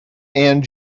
and